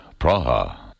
Praha